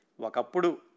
Wakapudu